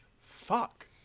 fuck